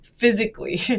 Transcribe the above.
Physically